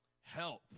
Health